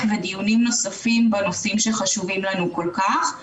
ודיונים נוספים בנושאים שחשובים לנו כל כך.